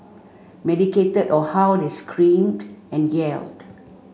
medicated or how they screamed and yelled